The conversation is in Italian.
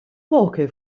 poche